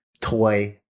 toy